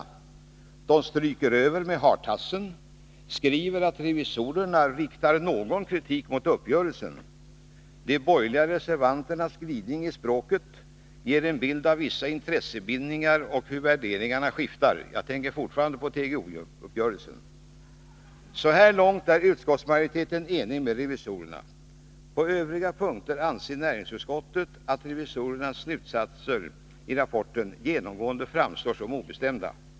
De stryker över med hartassen och skriver att revisorerna riktar ”någon invändning mot uppgörelsen”. De borgerliga reservanternas glidning i språket ger en bild av vissa intressebindningar och hur värderingarna skiftar — jag tänker fortfarande på TGOJ uppgörelsen. Så här långt är utskottsmajoriteten enig med revisorerna. På övriga punkter anser näringsutskottet att revisorernas slutsatser i rapporten ”genomgående framstår som obestämda”.